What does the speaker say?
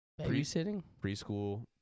preschool